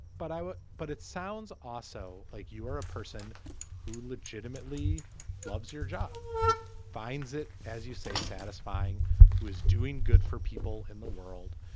but i would. but it sounds also like you are a person who legitimately loves your job who finds it as you say satisfying who is doing good for people in the world